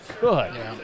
good